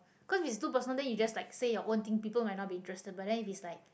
cause if it's too personal then you just like say your own thing people might not be interested but then if it's like